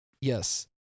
yes